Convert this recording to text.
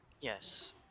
Yes